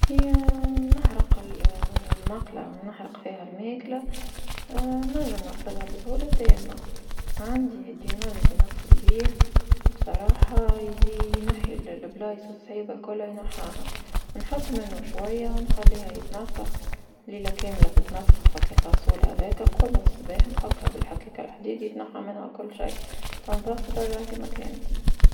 كيا- نحرق المقلة ونحرق فيها الماكلة نجم نغسلها بسهولة تامة، عندي اللي نغسل بيه بصراحة ي- ينحي لبلايص صعيبة كلها ينحيها، نحط منه شوية ونخليها يتنفخ ليلة كاملة تتنفخ في الغسول هذاك نقوم صباح نحطها بالحكاك الحديد يتنحى منها كل شيء تنظيف وترجعي كما كانت.